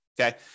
Okay